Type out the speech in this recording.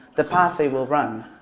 the posse will run.